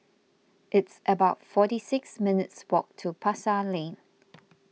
it's about forty six minutes' walk to Pasar Lane